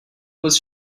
was